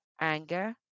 anger